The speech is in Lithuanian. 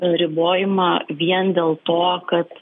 ribojimą vien dėl to kad